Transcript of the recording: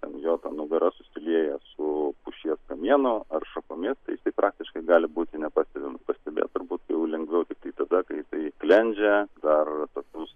ten jo ta nugara susilieja su pušies kamienu ar šakomis tai jisai praktiškai gali būti nepastebimas pastebėtėt turbūt jau lengviau tiktai tada kai jisai sklendžia daro tokius